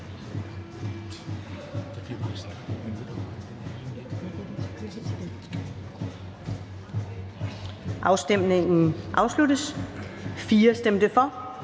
Afstemningen afsluttes. For stemte 4